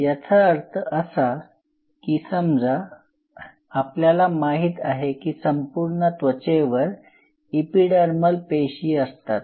याचा अर्थ असा की समजा आपल्याला माहित आहे की संपूर्ण त्वचेवर इपिडर्मल पेशी असतात